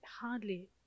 hardly